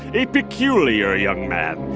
a peculiar young man,